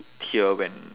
here when